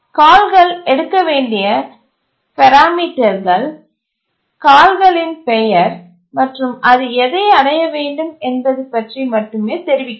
கால்கள் எடுக்க வேண்டிய பராமீட்டர்கள் கால்களின் பெயர் மற்றும் அது எதை அடைய வேண்டும் என்பது பற்றி மட்டுமே தெரிவிக்கிறது